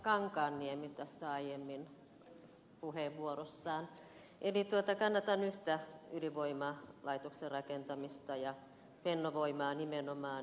kankaanniemi tässä aiemmin puheenvuorossaan eli kannatan yhden ydinvoimalaitoksen rakentamista ja fennovoimaa nimenomaan